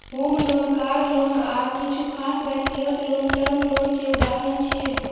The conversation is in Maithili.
होम लोन, कार लोन आ किछु खास व्यक्तिगत लोन टर्म लोन के उदाहरण छियै